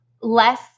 less